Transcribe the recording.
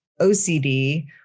OCD